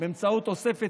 באמצעות תוספת